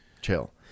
Chill